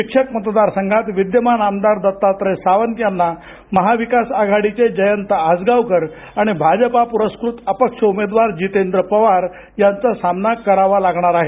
शिक्षक मतदार संघात विद्यमान आमदार दत्तात्रय सावंत यांना महाविकास आघाडीचे जयंत आसगावकर आणि भाजप पुरस्कृत अपक्ष उमेदवार जितेंद्र पवार यांचा सामना करावा लागणार आहे